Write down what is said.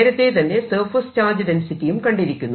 നേരത്തെ തന്നെ surface charge ഡെൻസിറ്റിയും കണ്ടിരിക്കുന്നു